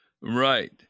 Right